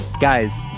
guys